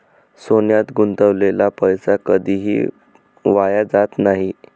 सोन्यात गुंतवलेला पैसा कधीही वाया जात नाही